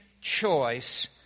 choice